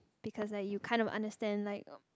because like you kind of understand like